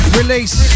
release